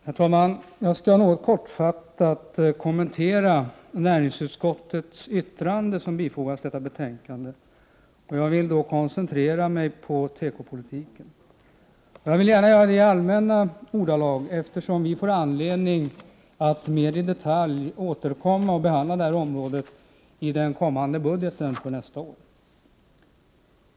Herr talman! Jag skall kortfattat kommentera det yttrande från näringsutskottet som fogats till detta betänkande. Jag avser då att i allmänna ordalag koncentrera mig på tekopolitiken. Vi får ju anledning att mer i detalj återkomma och behandla detta område när det gäller den kommande budgeten för nästa år.